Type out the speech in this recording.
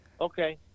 okay